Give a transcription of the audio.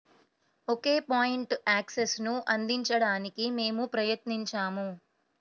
ఒకే point యాక్సెస్ను అందించడానికి మేము ప్రయత్నించాము